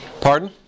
Pardon